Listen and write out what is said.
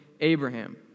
Abraham